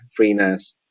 FreeNAS